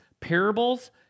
parables